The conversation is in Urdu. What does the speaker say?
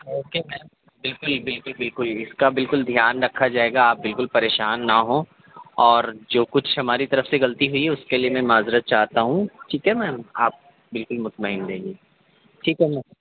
اوکے میم بالکل بالکل بالکل اِس کا بالکل دھیان رکھا جائے گا آپ بالکل پریشان نہ ہوں اور جو کچھ ہماری طرف سے غلطی ہوئی اُس کے لیے میں معذرت چاہتا ہوں ٹھیک ہے میم آپ بالکل مطمئن رہیے ٹھیک ہے میم